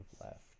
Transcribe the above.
left